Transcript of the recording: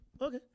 Okay